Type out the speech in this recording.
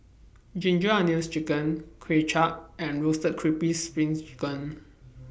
Ginger Onions Chicken Kuay Chap and Roasted Crispy SPRING Chicken